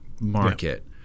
market